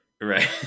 Right